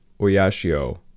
Oyashio